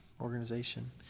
organization